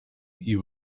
you